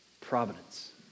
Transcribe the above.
Providence